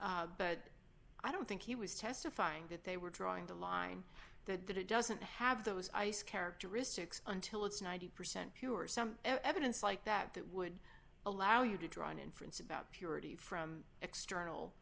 it but i don't think he was testifying that they were drawing the line that that it doesn't have those ice characteristics until it's ninety percent pure some evidence like that that would allow you to draw an inference about purity from external